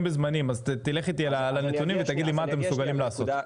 בזמנים אז תלך איתי על הנתונים ותגיד לי מה אתם מסוגלים לעשות.